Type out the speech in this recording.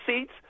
seats